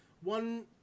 one